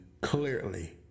clearly